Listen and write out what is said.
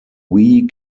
wee